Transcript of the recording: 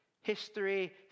history